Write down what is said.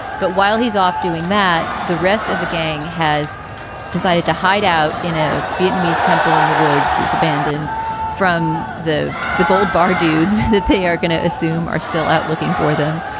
but while he's off doing that, the rest of the gang has decided to hide out in a vietnamese temple in the woods. it's abandoned from the the gold bar dudes that they are going to assume are still out looking for them.